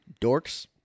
Dorks